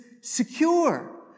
secure